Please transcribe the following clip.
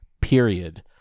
period